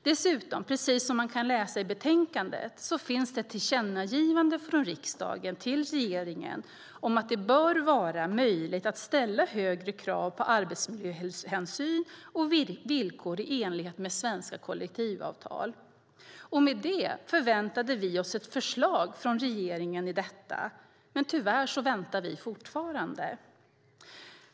Dessutom, precis som man kan läsa i betänkandet, finns det ett tillkännagivande från riksdagen till regeringen om att det bör vara möjligt att ställa högre krav på arbetsmiljöhänsyn och villkor i enlighet med svenska kollektivavtal. Med det förväntade vi oss ett förslag från regeringen om detta. Men tyvärr väntar vi fortfarande.